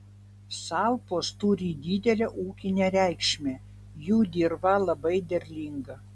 salpos turi didelę ūkinę reikšmę jų dirva labai derlinga